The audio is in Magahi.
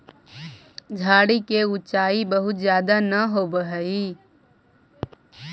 झाड़ि के ऊँचाई बहुत ज्यादा न होवऽ हई